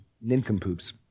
nincompoops